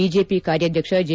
BJP ಕಾರ್ಯಾಧ್ಯಕ್ಷ J